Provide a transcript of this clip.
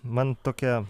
man tokia